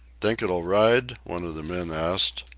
think it'll ride? one of the men asked.